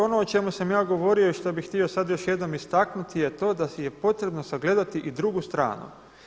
Ono o čemu sam ja govorio i što bih htio sad još jednom istaknuti je to da je potrebno sagledati i drugu stranu.